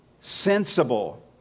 sensible